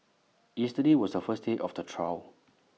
yesterday was A first day of the trial